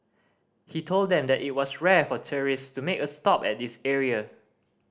he told them that it was rare for tourists to make a stop at this area